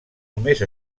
només